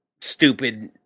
stupid